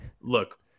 look